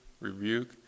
rebuke